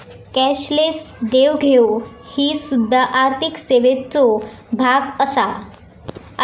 cashless देवघेव ही सुध्दा आर्थिक सेवेचो भाग आसा